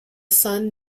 son